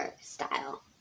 style